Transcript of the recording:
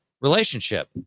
relationship